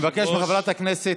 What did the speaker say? אני מבקש מחברת הכנסת,